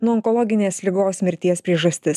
nuo onkologinės ligos mirties priežastis